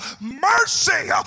mercy